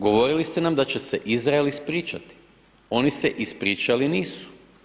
Govorili ste nam da će se Izrael ispričati, oni se ispričali nisu.